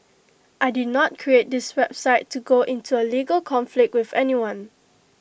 I did not create this website to go into A legal conflict with anyone